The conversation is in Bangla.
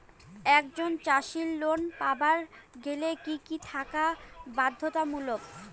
একজন চাষীর লোন পাবার গেলে কি কি থাকা বাধ্যতামূলক?